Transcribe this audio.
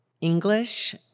English